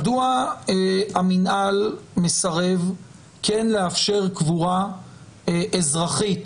מדוע המינהל מסרב כן לאפשר קבורה אזרחית